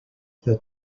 the